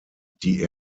die